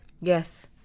Yes